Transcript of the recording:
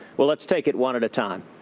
well, let's take it one at a time.